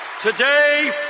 Today